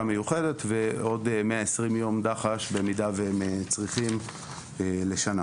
מיוחדת ועוד 120 ימי דח"ש בשנה במידה שהם זקוקים לכך.